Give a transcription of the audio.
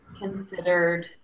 considered